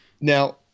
Now